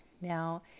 Now